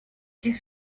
qu’est